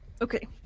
Okay